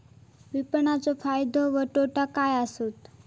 विपणाचो फायदो व तोटो काय आसत?